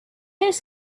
his